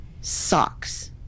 Socks